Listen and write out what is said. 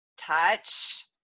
touch